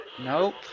Nope